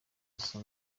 gusa